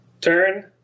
Turn